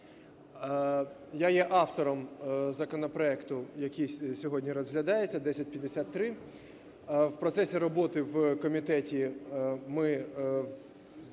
Я є автором законопроекту, який сьогодні розглядається, 1053. В процесі роботи в комітеті ми